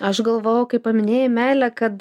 aš galvojau kai paminėjai meilę kad